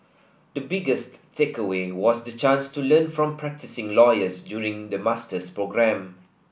the biggest takeaway was the chance to learn from practising lawyers during the master's programme